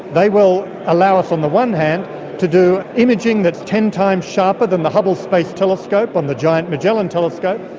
they will allow us on the one hand to do imaging that's ten times sharper than the hubble space telescope on the giant magellan telescope,